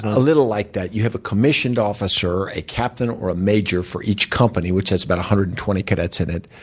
a little like that. you have a commissioned officer, a captain or a major for each company, which has about one hundred and twenty cadets in it.